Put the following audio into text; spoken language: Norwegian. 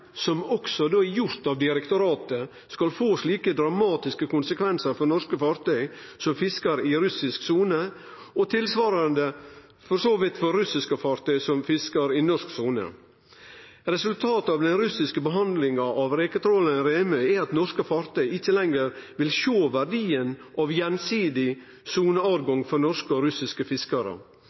som også er gjort av direktoratet, skal få slike dramatiske konsekvensar for norske fartøy som fiskar i russisk sone, og tilsvarande for så vidt for russiske fartøy som fiskar i norsk sone. Resultatet av den russiske behandlinga av reketrålaren «Remøy» er at norske fartøy ikkje lenger vil sjå verdien av gjensidig soneåtgang for norske og russiske fiskarar.